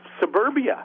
suburbia